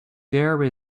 there